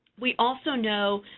we also know,